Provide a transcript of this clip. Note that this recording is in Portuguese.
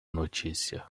notícia